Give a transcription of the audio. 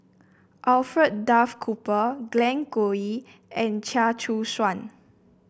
Alfred Duff Cooper Glen Goei and Chia Choo Suan